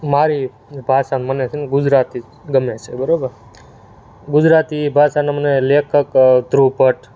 મારી ભાષા મને છે ને ગુજરાતી જ ગમે છે બરાબર ગુજરાતી ભાષાનો મને લેખક ધ્રુવ ભટ્ટ